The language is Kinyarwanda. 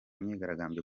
myigaragambyo